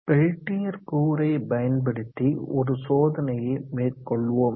Peltier கூறை பயன்படுத்தி ஒரு சோதனையை மேற்கொள்வோம்